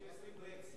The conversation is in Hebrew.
אם נשים ברקסים.